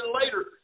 later